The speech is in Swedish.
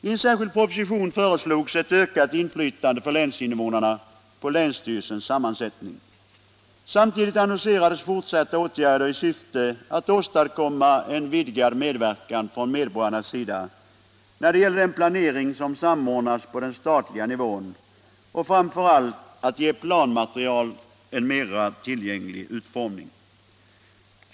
I en särskild proposition föreslogs ett ökat inflytande för länsinvånarna på länsstyrelsens sammansättning. Samtidigt annonserades fortsatta åtgärder i syfte att åstadkomma en vidgad medverkan från medborgarnas sida när det gällde den planering som samordnas på den statliga nivån och framför allt att ge planmaterial en mera tillgänglig utformning.